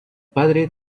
padre